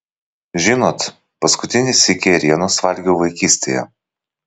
žinot paskutinį sykį ėrienos valgiau vaikystėje